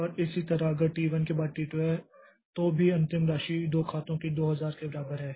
और इसी तरह अगर टी 1 के बाद टी 2 है तो भी राशि अंतिम राशि दो खातों की 2000 के बराबर है